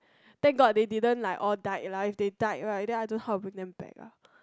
thank god they didn't like all died lah if they died right then I don't know how to bring them back ah